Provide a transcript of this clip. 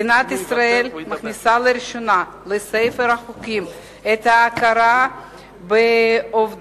מדינת ישראל מכניסה לראשונה לספר החוקים את ההכרה בעובדות